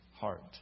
heart